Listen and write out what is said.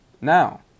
Now